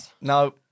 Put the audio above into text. No